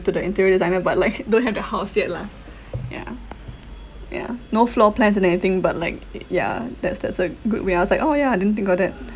to the interior designer but like don't have the house yet lah yeah yeah no floor plans and anything but like y~ ya that's that's a good way I was like oh ya I didn't think about that